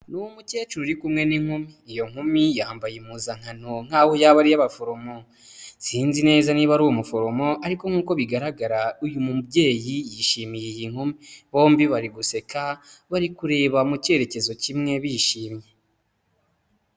Ni umukecuru uri kumwe n'inkumi, iyo nkumi yambaye impuzankano nk'aho yaba ari iy'abaforomo, sinzi neza niba ari umuforomo, ariko nk'uko bigaragara uyu mubyeyi yishimiye iyi nkumi, bombi bari guseka bari kureba mu cyerekezo kimwe bishimye.